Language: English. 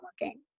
working